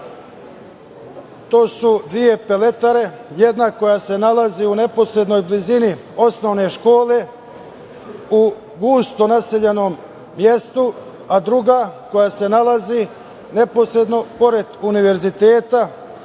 to su dve peletare, jedna koja se nalazi u neposrednoj blizini osnovne škole, u gusto naseljenom mestu, a druga koja se nalazi neposredno pored univerziteta,